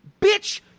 bitch